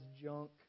junk